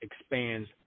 Expands